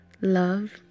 Love